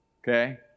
Okay